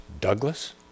Douglas